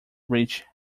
reached